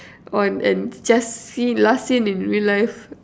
on an just seen last seen in real life